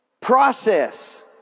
Process